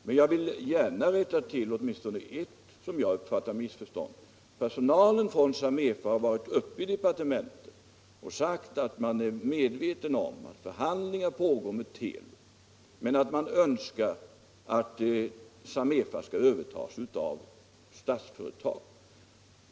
Men jag vill gärna rätta till åtminstone ett missförstånd, som jag uppfattat det. Personalen från Samefa har varit uppe i departementet och sagt att man är medveten om att förhandlingar pågår med Telub men att man önskar att Samefa skall övertas av Statsföretag.